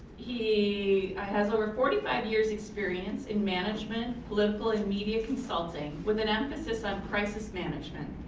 he has over forty five years experience in management, political and media consulting with an emphasis on crisis management.